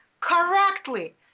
correctly